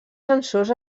sensors